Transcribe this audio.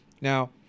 Now